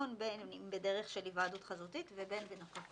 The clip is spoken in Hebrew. בדיון בין אם בדרך של היוועדות חזותית ובין בנוכחות.